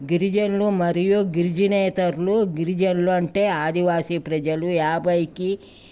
గిరిజనులు మరియు గిరిజనేతరులు గిరిజనులు అంటే ఆదివాసి ప్రజలు యాభైకి